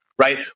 right